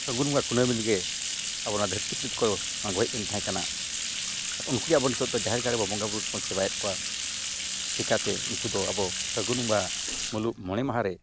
ᱯᱷᱟᱹᱜᱩᱱ ᱵᱚᱸᱜᱟ ᱠᱩᱱᱟᱹᱢᱤ ᱨᱮᱜᱮ ᱟᱵᱚ ᱚᱱᱟ ᱫᱷᱟᱹᱨᱛᱤ ᱯᱩᱨᱤ ᱫᱚᱠᱚ ᱟᱬᱜᱚ ᱦᱮᱡ ᱞᱮᱱ ᱛᱟᱦᱮᱸ ᱠᱟᱱᱟ ᱟᱨ ᱩᱱᱠᱩᱜᱮ ᱟᱵᱚ ᱱᱤᱛᱳᱜ ᱫᱚ ᱡᱟᱦᱮᱨ ᱜᱟᱲ ᱨᱮᱵᱚᱱ ᱵᱚᱸᱜᱟᱼᱵᱩᱨᱩ ᱛᱮᱵᱚᱱ ᱥᱮᱵᱟᱭᱮᱫ ᱠᱚᱣᱟ ᱪᱤᱠᱟᱹᱛᱮ ᱩᱱᱠᱩ ᱫᱚ ᱟᱵᱚ ᱯᱷᱟᱹᱜᱩᱱ ᱵᱚᱸᱜᱟ ᱢᱩᱞᱩᱜ ᱢᱚᱬᱮ ᱢᱟᱦᱟᱨᱮ